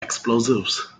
explosives